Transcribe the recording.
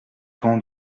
pan